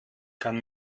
kann